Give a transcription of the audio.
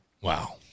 wow